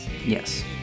Yes